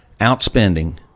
outspending